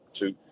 two